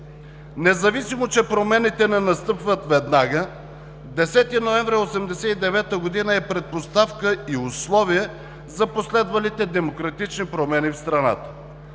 Независимо, че промените не настъпват веднага – 10 ноември 1989 г. е предпоставка и условие за последвалите демократични промени в страната.